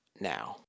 now